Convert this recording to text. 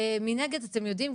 מנגד אתם יודעים,